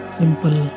simple